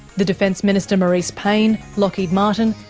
the defence minister marise payne, lockheed martin,